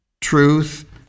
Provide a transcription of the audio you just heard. truth